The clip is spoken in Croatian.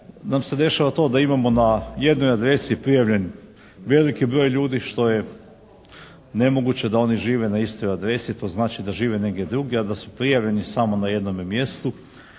nam se dešava to da imamo na jednoj adresi prijavljen veliki broj ljudi, što je nemoguće da oni žive na istoj adresi, to znači da žive negdje drugdje a da su prijavljeni samo na jednome mjestu.